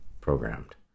programmed